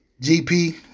GP